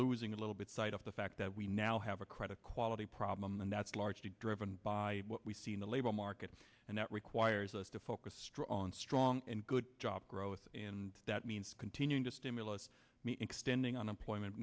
losing a little bit side of the fact that we now have a credit quality problem and that's largely driven by what we see in the labor market and that requires us to focus on strong and good job growth and that means continuing to stimulus me extending unemployment